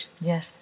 Yes